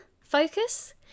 focus